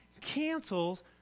cancels